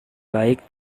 baik